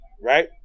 right